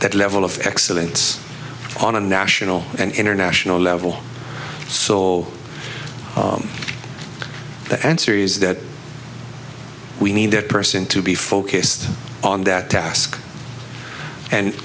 that level of excellence on a national and international level so the answer is that we need that person to be focused on that task and